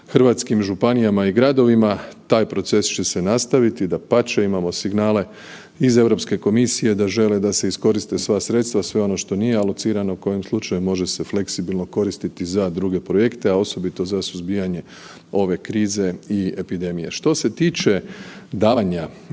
hrvatskim županijama i gradovima, taj proces će se nastaviti, dapače. Imamo signale iz Europske komisije da žele da se iskoriste sva sredstva, sve ono što nije alocirano kojim slučajem može se fleksibilno koristiti za druge projekte, a osobito za suzbijanje ove krize i epidemije. Što se tiče davanja,